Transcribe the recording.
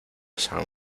san